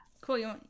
Cool